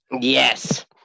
Yes